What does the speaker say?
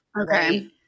Okay